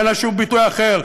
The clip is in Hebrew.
ואין לו שום ביטוי אחר.